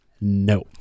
No